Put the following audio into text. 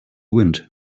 wind